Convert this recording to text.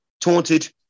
Taunted